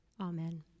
Amen